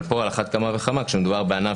אבל פה על אחת כמה וכמה כשמדובר בענף